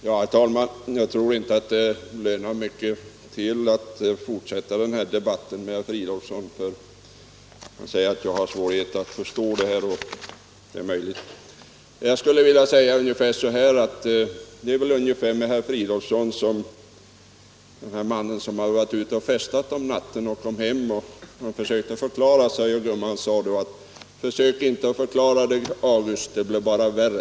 Herr talman! Jag tror inte att det lönar sig mycket att fortsätta debatten — Vissa industri och med herr Fridolfsson. Han säger bara att jag har svårt att förstå det här, = sysselsättningsstioch det är möjligt. mulerande åtgär Det är väl med herr Fridolfsson ungefär som med mannen som hade der, m.m. varit ute och festat om natten och försökte förklara sig när han kom hem. Då sade gumman: ”Försök inte att förklara dig, August. Det blir bara värre.”